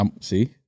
See